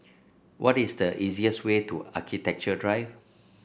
what is the easiest way to Architecture Drive